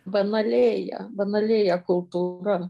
banalėja banalėja kultūra